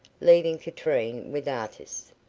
leaving katrine with artis.